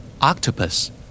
Octopus